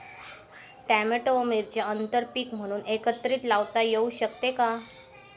Tomato व मिरची आंतरपीक म्हणून एकत्रित लावता येऊ शकते का?